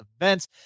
events